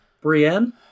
Brienne